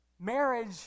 marriage